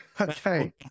Okay